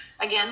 Again